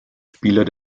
spieler